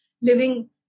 living